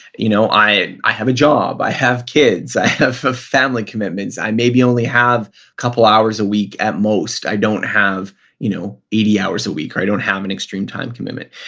you know i i have a job. i have kids. i have have family commitments. i maybe only have a couple hours a week at most. i don't have you know eighty hours a week. i don't have an extreme time commitment.